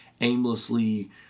aimlessly